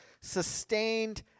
sustained